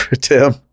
Tim